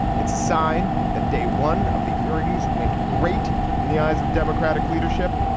it's a sign that day one of the hearings went great in the eyes of democratic leadership.